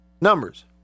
numbers